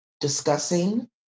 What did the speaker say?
discussing